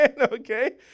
Okay